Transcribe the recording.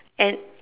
and